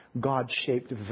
God-shaped